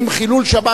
אם חילול שבת,